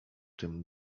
tym